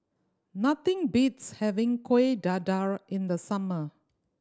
nothing beats having Kueh Dadar in the summer